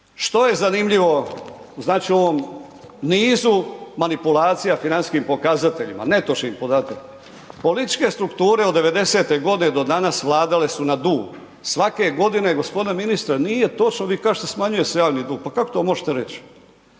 što je zanimljivo znači u ovom nizu manipulacija financijskim pokazateljima, netočnih podataka, političke strukture od '90.-te godine do danas vladale su na dug, svake godine g. ministre nije točno, vi kažete smanjuje se javni dug, pa kako to možete reć,